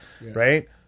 right